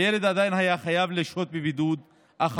הילד עדיין היה חייב לשהות בבידוד אך